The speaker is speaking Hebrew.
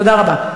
תודה רבה.